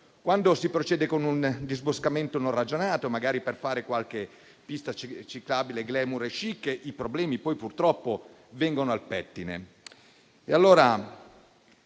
Quando si procede con un disboscamento non ragionato, magari per fare qualche pista ciclabile *glamour* e *chic*, poi i problemi purtroppo vengono al pettine.